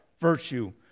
virtue